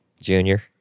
Junior